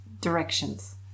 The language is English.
directions